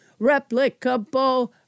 replicable